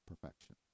perfection